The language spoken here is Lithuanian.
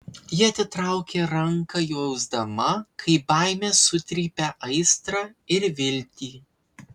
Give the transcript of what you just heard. ji atitraukė ranką jausdama kaip baimė sutrypia aistrą ir viltį